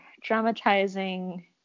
dramatizing